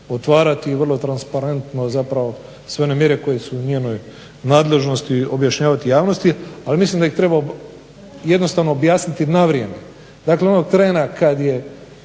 otvarati vrlo transparentno zapravo sve one mjere koje su u njenoj nadležnosti objašnjavati javnosti, ali mislim da ih treba jednostavno objasniti na vrijeme. Dakle onog trena kad je